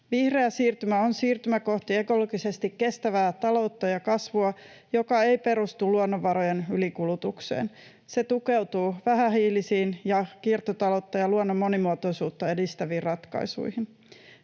Vihreä siirtymä on siirtymä kohti ekologisesti kestävää taloutta ja kasvua, joka ei perustu luonnonvarojen ylikulutukseen. Se tukeutuu vähähiilisiin ja kiertotaloutta ja luonnon monimuotoisuutta edistäviin ratkaisuihin.